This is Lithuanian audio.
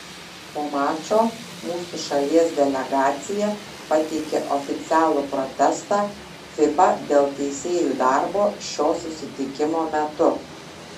po mačo mūsų šalies delegacija pateikė oficialų protestą fiba dėl teisėjų darbo šio susitikimo metu